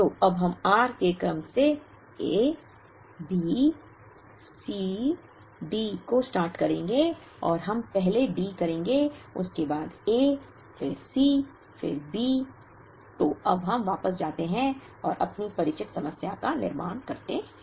तो अब हम r के क्रम में A B C D को सॉर्ट करेंगे और हम पहले D करेंगे उसके बाद A और फिर C और फिर B तो अब हम वापस जाते हैं और अपनी परिचित समस्या का निर्माण करते हैं